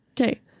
Okay